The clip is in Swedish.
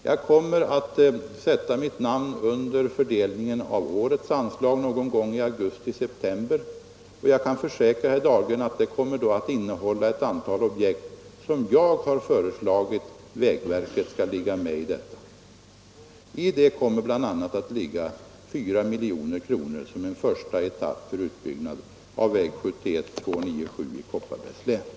Jag kommer att sätta mitt namn under fördelningen av årets anslag någon gång i augusti september, och jag kan försäkra herr Dahlgren att det dokumentet kommer att innehålla ett antal objekt som jag har föreslagit vägverket. Där kommer bl.a. att finnas med ett anslag på 4 milj.kr. för utbyggnad av en första etapp av väg 71 — 297 i Kopparbergs län.